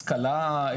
השכלה,